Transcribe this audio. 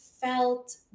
felt